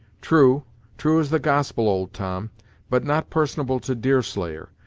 true true as the gospel, old tom but not personable to deerslayer,